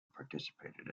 participated